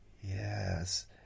yes